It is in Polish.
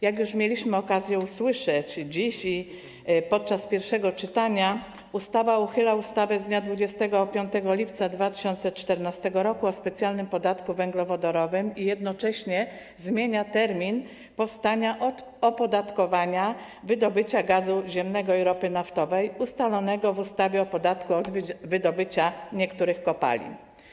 Jak już mieliśmy okazję usłyszeć dziś i podczas pierwszego czytania, ustawa uchyla ustawę z dnia 25 lipca 2014 r. o specjalnym podatku węglowodorowym i jednocześnie zmienia termin powstania opodatkowania wydobycia gazu ziemnego i ropy naftowej ustalonego w ustawie o podatku od wydobycia niektórych kopalin.